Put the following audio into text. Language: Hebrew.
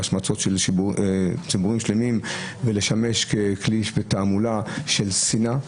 להשמצות של ציבורים שלמים ולתעמולת שנאה,